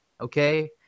okay